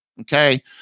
Okay